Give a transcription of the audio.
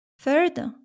Third